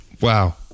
Wow